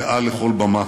מעל כל במה.